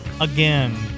again